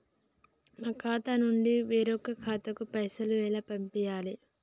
మా ఖాతా నుండి వేరొక ఖాతాకు పైసలు ఎలా పంపియ్యాలి?